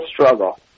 struggle